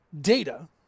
data